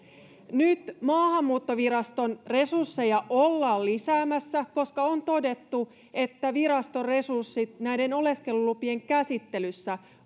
nyt maahanmuuttoviraston resursseja ollaan lisäämässä koska on todettu että virastoresurssit näiden oleskelulupien käsittelyssä